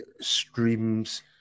streams